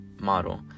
model